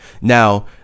Now